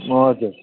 हजुर